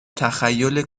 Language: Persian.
تخیل